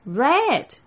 red